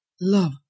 love